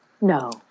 no